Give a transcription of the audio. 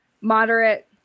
moderate